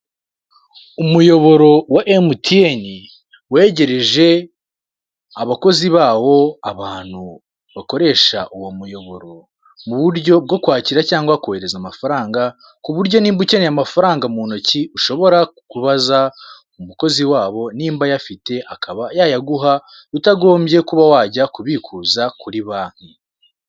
Umuyoboro wa emutiyene wegereje abakozi bawo abantu bakoresha uwo muyoboro, muburyo bwo kwakira cyangwa kohereza amafaranga ku buryo niba ukeneye amafaranga mu ntoki, ushobora kubaza umukozi wabo niba ayafite akaba yayaguha utagombye kuba wajya kubikuza kuri banki.